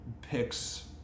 picks